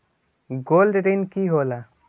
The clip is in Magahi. गोल्ड ऋण की होला?